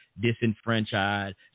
disenfranchised